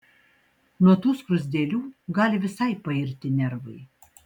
nuo tų skruzdėlių gali visai pairti nervai